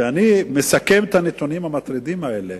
אני מסכם את הנתונים האלה,